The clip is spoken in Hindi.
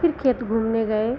फिर खेत घूमने गए